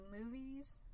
movies